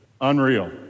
unreal